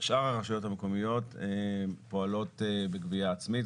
שאר הרשויות המקומיות פועלות בגבייה עצמית,